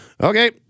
okay